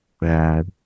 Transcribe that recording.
Bad